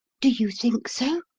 do you think so?